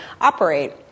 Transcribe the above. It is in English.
operate